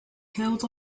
killed